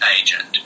agent